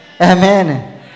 amen